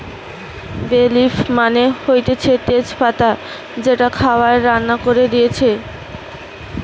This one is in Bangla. বে লিফ মানে হতিছে তেজ পাতা যেইটা খাবার রান্না করে দিতেছে